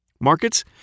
Markets